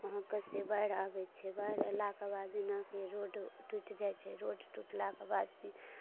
अहाँके से बाढ़ि आबै छै बाढ़ि अयलाके बाद जेना कि रोड टुटि जाइ छै रोड टुटलाके बाद से